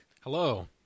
Hello